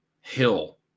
hill